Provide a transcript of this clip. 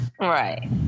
Right